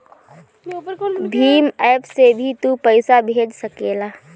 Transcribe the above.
Bhim app से भी तू पईसा भेज सकेला